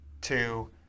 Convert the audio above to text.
two